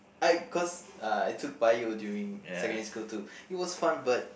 I cause uh I took Bio during secondary school too it was fun but